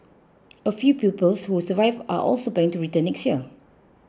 a few pupils who survived are also planning to return next year